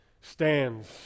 stands